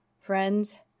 Friends